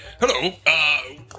Hello